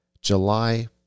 July